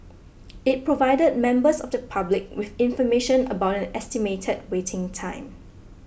it provided members of the public with information about an estimated waiting time